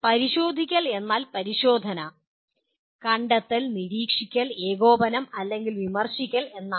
പരിശോധിക്കൽ എന്നാൽ പരിശോധന കണ്ടെത്തൽ നിരീക്ഷിക്കൽ ഏകോപനം അല്ലെങ്കിൽ വിമർശിക്കൽ എന്നാണ്